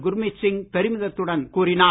குர்மித் சிங் பெருமிதத்துடன் கூறினார்